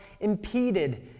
impeded